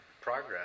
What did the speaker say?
progress